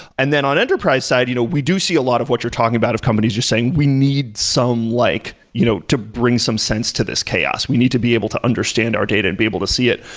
and then on enterprise side, you know we do see a lot of what you're talking about of companies just saying, we need some like you know to bring some sense to this chaos. we need to be able to understand our data and be able to see it,